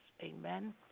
amen